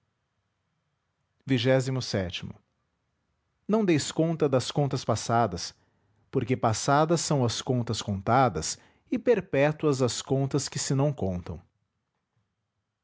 as ão deis conta das contas passadas porque passadas são as contas contadas e perpétuas as contas que se não contam